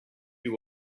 you